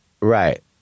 Right